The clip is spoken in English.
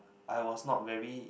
I was not very